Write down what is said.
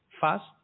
fast